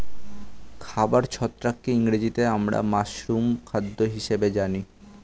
খাবার ছত্রাককে ইংরেজিতে আমরা মাশরুম খাদ্য হিসেবে জানি